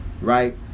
right